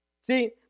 See